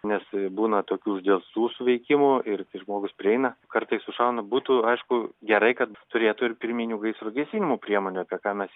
nes būna tokių uždelstų suveikimų ir kai žmogus prieina kartais iššauna būtų aišku gerai kad turėtų ir pirminių gaisro gesinimo priemonių apie ką mes